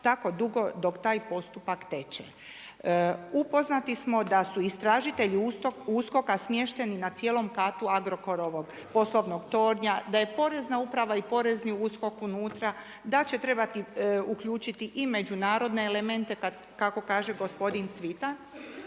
tako dugo dok taj postupka teče.“. Upoznati smo da su istražitelji USKOK-a smješteni na cijelom katu Agrokorovog poslovnog tornja, da je Porezna uprava i porezni USKOK unutra, da će trebati uključiti i međunarodne elemente kako kaže gospodin Cvitan.